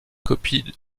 copie